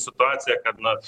situacija kad na